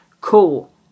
Cool